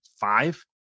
Five